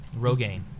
Rogaine